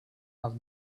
have